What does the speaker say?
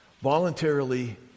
voluntarily